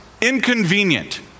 inconvenient